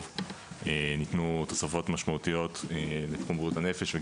ניתנו תוספות משמעותיות לתחום בריאות הנפש.